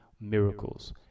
miracles